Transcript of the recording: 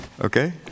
Okay